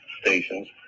stations